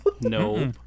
Nope